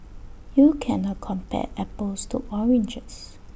you can't A compare apples to oranges